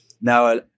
Now